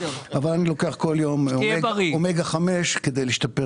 אבל זו הייתה עובדה שאף אחד לא הלין עליה או לא השיג עליה